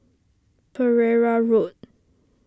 Pereira Road